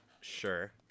Sure